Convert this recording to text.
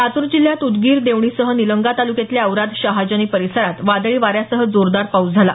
लातूर जिल्ह्यात उदगीर देवणीसह निलंगा तालुक्यातल्या औराद शहाजनी परिसरात वादळी वाऱ्यासह जोरदार पाऊस झाला